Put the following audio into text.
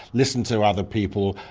listen to other people,